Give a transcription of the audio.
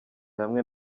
hamwe